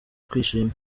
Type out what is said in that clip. kwishima